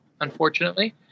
unfortunately